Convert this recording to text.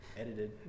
edited